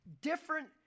different